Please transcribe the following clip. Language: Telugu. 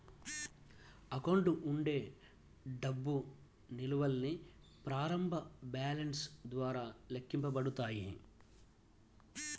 అకౌంట్ ఉండే డబ్బు నిల్వల్ని ప్రారంభ బ్యాలెన్స్ ద్వారా లెక్కించబడతాయి